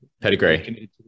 pedigree